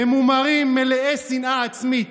במומרים מלאי שנאה עצמית.